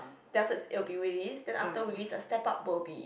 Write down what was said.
then afterwards it will be Willy's then after Willy's a step up will be